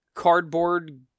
cardboard